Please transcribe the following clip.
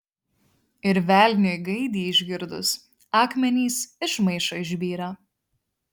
ir velniui gaidį išgirdus akmenys iš maišo išbyra